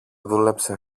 δούλεψε